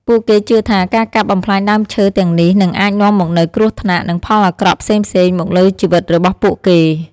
ពួកគេជឿថា ការកាប់បំផ្លាញដើមឈើទាំងនេះនឹងអាចនាំមកនូវគ្រោះថ្នាក់និងផលអាក្រក់ផ្សេងៗមកលើជីវិតរបស់ពួកគេ។